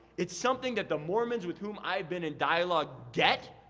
it's something that the mormons with whom i've been in dialogue get.